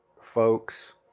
folks